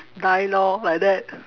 die lor like that